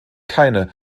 keine